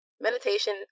meditation